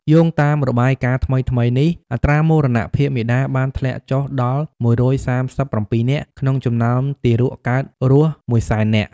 យោងតាមរបាយការណ៍ថ្មីៗនេះ អត្រាមរណភាពមាតាបានធ្លាក់ចុះដល់ ១៣៧ នាក់ ក្នុងចំណោមទារកកើតរស់ ១០០,០០០ នាក់។